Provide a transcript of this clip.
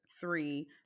three